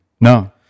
No